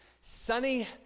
sunny